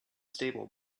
stable